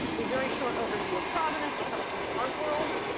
a very short overview of provenance. it comes from the art world.